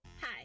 Hi